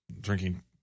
drinking